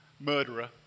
murderer